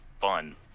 fun